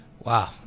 Wow